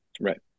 Right